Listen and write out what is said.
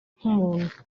nkumuntu